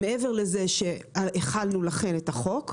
מעבר לזה שהחלנו את החוק,